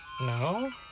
No